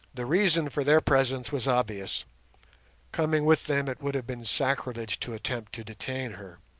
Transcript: the reason for their presence was obvious coming with them it would have been sacrilege to attempt to detain her.